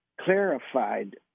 clarified